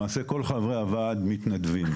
למעשה, כל חברי הוועד מתנדבים.